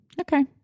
Okay